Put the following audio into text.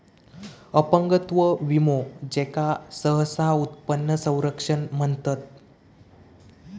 अपंगत्व विमो, ज्याका सहसा उत्पन्न संरक्षण म्हणतत